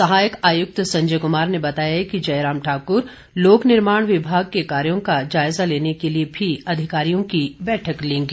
सहायक आयुक्त संजय कुमार ने बताया कि जयराम ठाकुर लोक निर्माण विभाग के कार्यों का जायजा लेने के लिए भी अधिकारियों की बैठक लेंगे